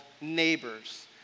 neighbors